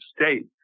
state